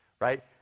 right